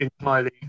entirely